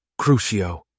Crucio